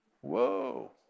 Whoa